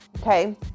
okay